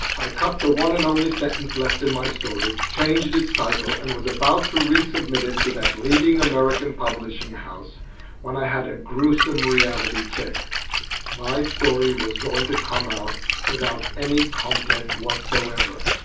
i cut the one and only sentence left in my story, changed its title and was about to resubmit it to that leading american publishing house when i had a gruesome reality check my story was going to come out without any content whatsoever.